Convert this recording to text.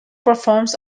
performs